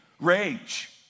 Rage